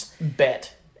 Bet